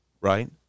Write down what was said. right